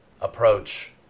approach